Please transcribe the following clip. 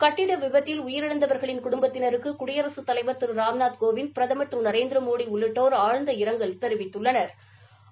கட்டிட விபத்தில் உயிரிழந்தவா்களின் குடும்பத்தினருக்கு குடியரசுத் தலைவா் திரு ராம்நாத் கோவிந்த் பிரதமா் திரு நரேந்திரமோடி உள்ளிட்டோா் ஆழ்ந்த இரங்கல் தெரிவித்துள்ளனா்